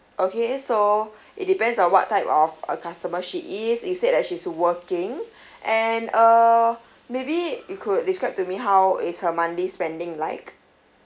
okay so it depends on what type of uh customer she is you said that she is working and uh maybe you could describe to me how is her monthly spending like